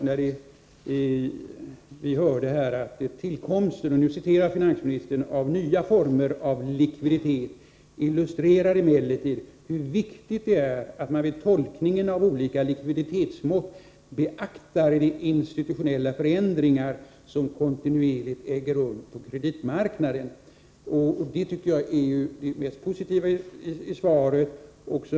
Jag upprepar vad han sagt: ”Tillkomsten av nya former av likviditet illustrerar emellertid hur viktigt det är att man vid tolkningen av olika likviditetsmått beaktar de institutionella förändringar som kontinuerligt äger rum på kreditmarknaden.” Det är det mest positiva i svaret.